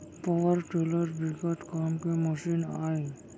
power tiller बिकट काम के मसीन आय